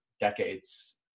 decades